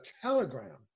telegram